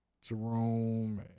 Jerome